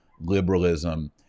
liberalism